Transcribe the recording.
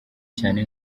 cyane